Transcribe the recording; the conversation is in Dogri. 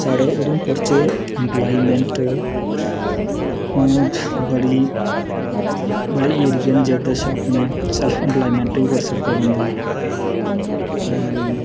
साढ़े उधमपुर च इम्पलॉयमैंट बड़े एरिया न जेह्दे च अपने सेल्फ इम्पलॉयमैंट बी करी सकदा बंदा